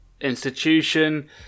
institution